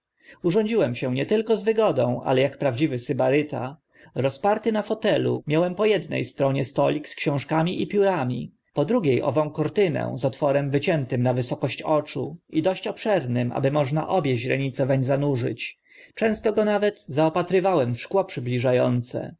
urządziłem się nie tylko z wygodą ale ak prawdziwy sybaryta rozparty na fotelu miałem zwykle po edne stronie stolik z książkami i piórami po drugie ową kortynę z otworem wyciętym na wysokość oczu i dość obszernym aby można obie źrenice weń zanurzyć często go nawet zaopatrywałem w szkło przybliża